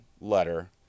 letter